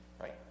right